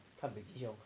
看北极熊